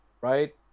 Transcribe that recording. right